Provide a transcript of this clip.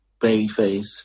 Babyface